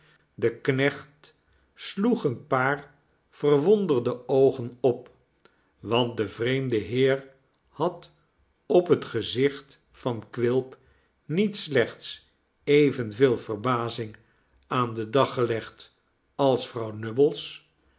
de knecht sloeg een paar verwonderde oogen op want de vreemde heer had op het gezicht van quilp niet slechts evenveel verbazing aan den dag gelegd als vrouw